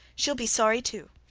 she'll be sorry too.